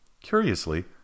Curiously